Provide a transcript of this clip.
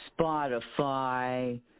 Spotify